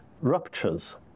ruptures